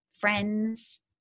friends